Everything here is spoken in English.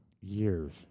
years